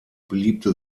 beliebte